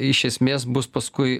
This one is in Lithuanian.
iš esmės bus paskui